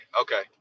Okay